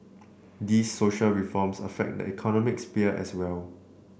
these social reforms affect the economic sphere as well